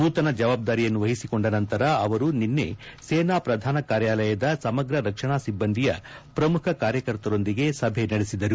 ನೂತನ ಜವಾಬ್ದಾರಿಯನ್ನು ವಹಿಸಿಕೊಂಡ ನಂತರ ಅವರು ನಿನ್ನೆ ಸೇನಾ ಪ್ರಧಾನ ಕಾರ್್ಯಾಲಯದ ಸಮಗ್ರ ರಕ್ಷಣಾ ಸಿಬ್ಬಂದಿಯ ಪ್ರಮುಖ ಕಾರ್ಯಕರ್ತರೊಂದಿಗೆ ಸಭೆ ನಡೆಸಿದರು